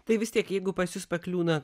tai vis tiek jeigu pas jus pakliūna